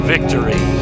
Victory